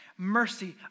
Mercy